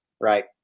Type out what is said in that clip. right